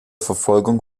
verfolgung